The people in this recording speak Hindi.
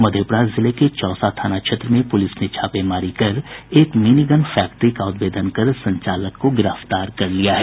मधेपुरा जिले के चौसा थाना क्षेत्र में पुलिस ने छापेमारी कर एक मिनी गन फैक्ट्री का उद्भेदन कर संचालक को गिरफ्तार कर लिया है